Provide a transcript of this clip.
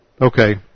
Okay